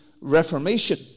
Reformation